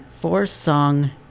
four-song